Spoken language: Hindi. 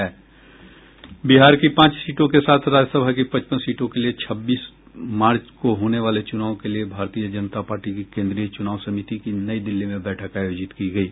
बिहार की पांच सीटों के साथ राज्यसभा की पचपन सीटों के लिए छब्बीस मार्च को होने वाले चुनाव के लिए भारतीय जनता पार्टी की केंद्रीय चुनाव समिति की नई दिल्ली में बैठक आयोजित की गयी